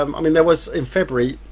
um i mean there was in february,